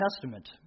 Testament